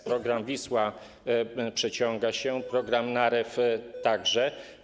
Program ˝Wisła˝ przeciąga się, program ˝Narew˝ także.